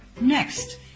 Next